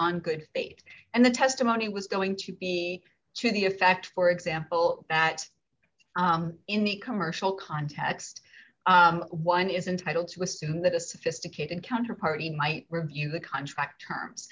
on good faith and the testimony was going to be to the effect for example that in the commercial context one is entitled to assume that a sophisticated counterparty might review the contract terms